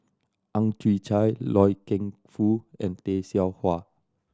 Ang Chwee Chai Loy Keng Foo and Tay Seow Huah